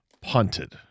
punted